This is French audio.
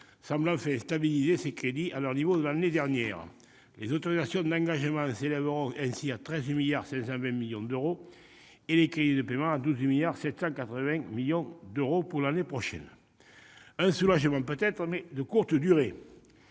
semble enfin stabiliser ses crédits à leur niveau de l'année dernière. Les autorisations d'engagement s'élèveront ainsi à 13,52 milliards d'euros et les crédits de paiement à 12,78 milliards d'euros pour l'année prochaine. Un soulagement peut-être, mais de courte durée.